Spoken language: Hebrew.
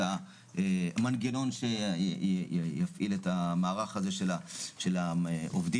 המנגנון שיפעיל את המערך הזה של העובדים.